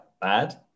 bad